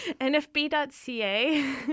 NFB.ca